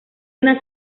una